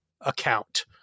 account